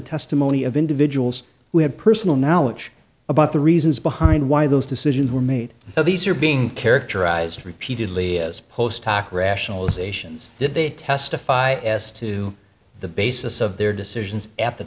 testimony of individuals who have personal knowledge about the reasons behind why those decisions were made of these are being characterized repeatedly as post hoc rationalization zz did they testify as to the basis of their decisions at the